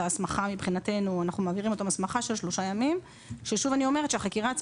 ההסמכה מבחינתנו אנחנו מעבירים אותם הסמכה שלושה ימים,